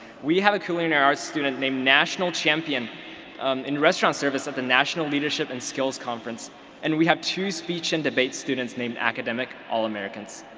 we have a culinary arts student named national champion in restaurant service of the national leadership and skills conference and we have two speech and debate students named academic all-americans.